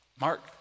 Mark